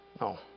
no